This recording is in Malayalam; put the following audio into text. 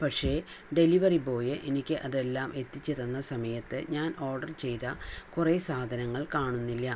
പക്ഷേ ഡെലിവറി ബോയ് എനിക്ക് അതെല്ലാം എത്തിച്ചു തന്ന സമയത്ത് ഞാൻ ഓർഡർ ചെയ്ത കുറേ സാധനങ്ങൾ കാണുന്നില്ല